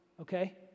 okay